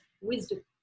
wisdom